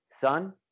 son